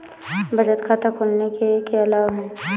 बचत खाता खोलने के क्या लाभ हैं?